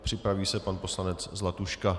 Připraví se pan poslanec Zlatuška.